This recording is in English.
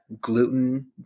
gluten